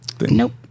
Nope